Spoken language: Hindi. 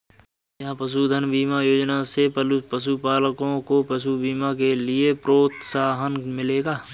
क्या पशुधन बीमा योजना से पशुपालकों को पशु बीमा के लिए प्रोत्साहन मिलेगा?